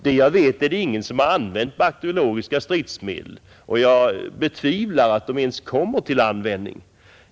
Vad jag vet har ingen använt bakteriologiska stridsmedel, och jag betvivlar att sådana kommer till användning.